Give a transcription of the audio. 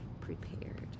prepared